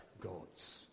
gods